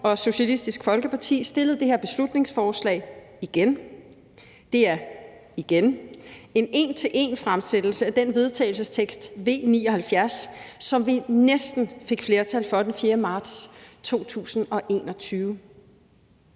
Socialistisk Folkeparti fremsat det her beslutningsforslag – igen. Det er – igen – en til en det samme som det forslag til vedtagelse, V 79, som vi næsten fik flertal for den 4. marts 2021.